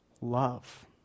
Love